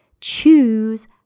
choose